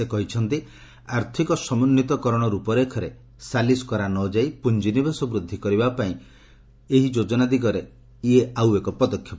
ସେ କହିଛନ୍ତି ଆର୍ଥିକ ସମନ୍ୱିତ କରଣ ରୂପରେଖରେ ସାଲିସ୍ କରାନଯାଇ ପୁଞ୍ଜିନିବେଶ ବୃଦ୍ଧି କରିବା ପାଇଁ ଯୋଜନା ଏ ଦିଗରେ ଆଉ ଏକ ପଦକ୍ଷେପ